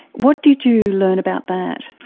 what did you learn about that?